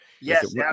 Yes